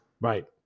Right